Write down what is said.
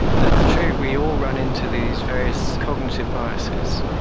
that's true, we all run into these various cognitive biases.